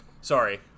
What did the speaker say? sorry